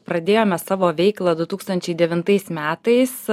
pradėjome savo veiklą du tūkstančiai devintais metais